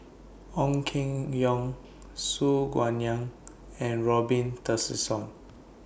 Ong Keng Yong Su Guaning and Robin Tessensohn